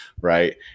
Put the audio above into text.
right